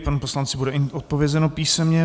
Panu poslanci bude odpovězeno písemně.